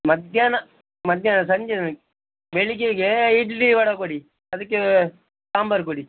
ಮಧ್ಯಾಹ್ನ ಮಧ್ಯಾಹ್ನ ಸಂಜೆ ನಮಿ ಬೆಳಗ್ಗೆಗೆ ಇಡ್ಲಿ ವಡೆ ಕೊಡಿ ಅದಕ್ಕೆ ಸಾಂಬಾರು ಕೊಡಿ